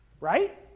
Right